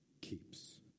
keeps